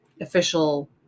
official